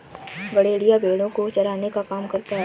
गड़ेरिया भेड़ो को चराने का काम करता है